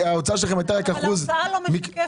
ההוצאה שלכם הייתה רק אחוז -- אבל ההוצאה לא משקפת.